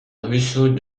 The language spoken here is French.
ruisseaux